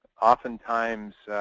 oftentimes